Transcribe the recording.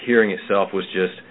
hearing itself was just